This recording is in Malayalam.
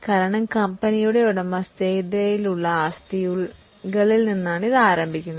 അതിനാൽ കമ്പനിയുടെ ഉടമസ്ഥതയിലുള്ള ആസ്തികളിൽ നിന്നാണ് ഇത് ആരംഭിക്കുന്നത്